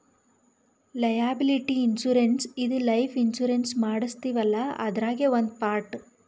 liability insurance ಇದು life insurance ಮಾಡಸ್ತೀವಲ್ಲ ಅದ್ರಾಗೇ ಒಂದ್ ಪಾರ್ಟ್